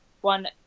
one